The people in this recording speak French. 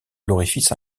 l’orifice